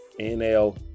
nl